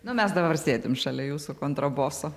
nu mes dabar sėdim šalia jūsų kontraboso